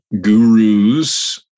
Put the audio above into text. gurus